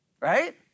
Right